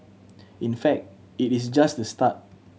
in fact it is just the start